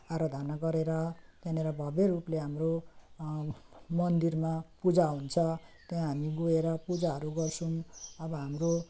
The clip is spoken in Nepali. आराधना गरेर त्यहाँनिर भव्य रूपले हाम्रो मन्दिरमा पूजा हुन्छ त्यहाँ हामी गएर पूजाहरू गर्छौँ अब हाम्रो